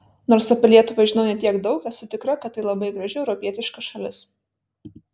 nors apie lietuvą žinau ne tiek ir daug esu tikra kad tai labai graži europietiška šalis